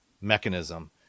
mechanism